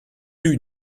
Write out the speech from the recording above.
eût